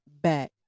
back